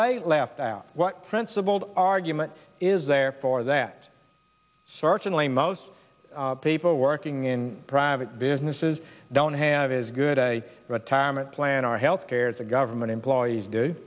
they left out what principled argument is there for that certainly most people working in private businesses don't have as good a retirement plan or health care as a government employees do